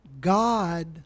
God